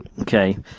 Okay